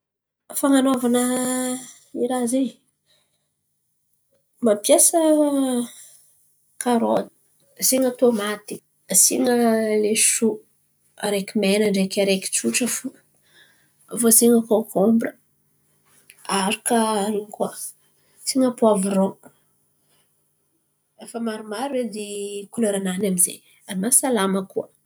Fan̈anovana iraha zen̈y mampiasa karôty asian̈a tomaty asian̈a lesoa araiky mena ndraiky araiky tsotra fo. Aviô asian̈a kokobira aharaka asian̈a poaviro efa maromaro edy kolera-nany amize ary mahasalama koa.